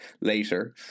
later